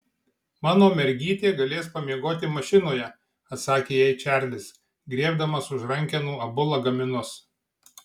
mano mergytė galės pamiegoti mašinoje atsakė jai čarlis griebdamas už rankenų abu lagaminus